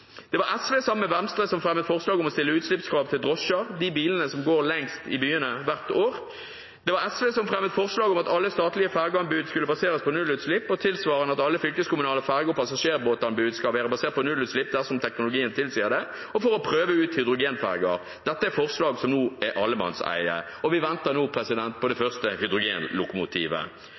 Det var SV sammen med Venstre som fremmet forslaget om å stille utslippskrav til drosjer – de bilene som går lengst i byene hvert år. Det var SV som fremmet forslaget om at alle statlige fergeanbud skulle baseres på nullutslipp, og tilsvarende at alle fylkeskommunale ferge- og passasjerbåtanbud skal være basert på nullutslipp dersom teknologien tilsier det, og for å prøve ut hydrogenferger. Dette er forslag som nå er allemannseie. Vi venter nå på det første hydrogenlokomotivet.